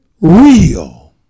real